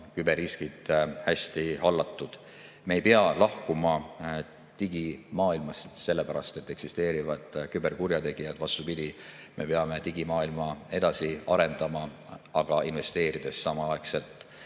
küberriskid hästi hallatud. Me ei pea lahkuma digimaailmast sellepärast, et eksisteerivad küberkurjategijad, vastupidi, me peame digimaailma edasi arendama, investeerides samaaegselt